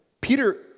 Peter